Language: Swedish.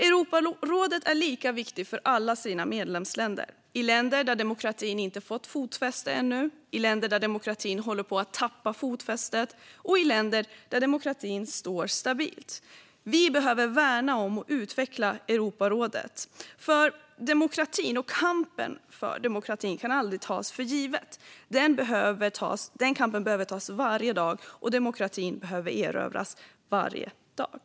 Europarådet är lika viktigt för alla medlemsländer - i länder där demokratin ännu inte fått fotfäste, i länder där demokratin håller på att tappa fotfästet och i länder där demokratin står stabilt. Vi behöver värna om att utveckla Europarådet. Demokratin och kampen för den kan nämligen aldrig tas för given. Kampen behöver föras varje dag, och demokratin behöver erövras varje dag.